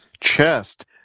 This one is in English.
chest